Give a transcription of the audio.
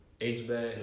H-back